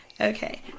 Okay